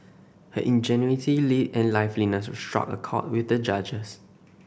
her ingenuity live and life struck a chord with the judges